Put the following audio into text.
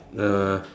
no